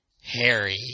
Harry